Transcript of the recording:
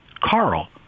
Carl